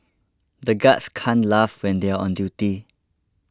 the guards can't laugh when they are on duty